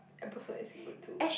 episode is good too